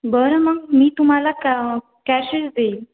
बरं मग मी तुम्हाला क कॅशच देईन